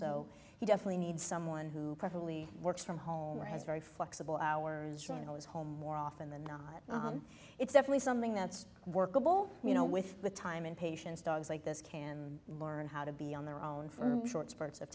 he definitely needs someone who probably works from home or has very flexible hours from his home more often than not it's certainly something that's workable you know with the time and patience dogs like this can learn how to be on their own for short spurts of